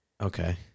Okay